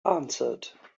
answered